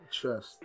Trust